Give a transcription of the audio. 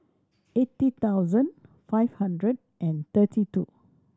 eighty thousand five hundred and thirty two